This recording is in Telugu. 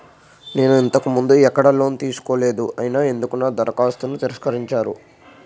నేను ఇంతకు ముందు ఎక్కడ లోన్ తీసుకోలేదు అయినా ఎందుకు నా దరఖాస్తును తిరస్కరించారు?